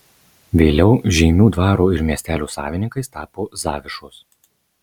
vėliau žeimių dvaro ir miestelio savininkais tapo zavišos